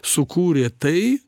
sukūrė tai